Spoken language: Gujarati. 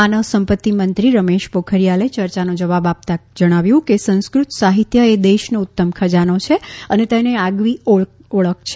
માનવ સંપત્તિ મંત્રી રમેશ પોખરીયાલે ચર્યાનો જવાબ આપતાં જણાવ્યું કે સંસ્કૃત સાહિત્ય એ દેશનો ઉત્તમ ખજાનો છે અને તેની આગવી ઓળખ છે